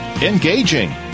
engaging